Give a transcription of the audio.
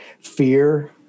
Fear